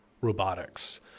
robotics